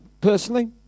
personally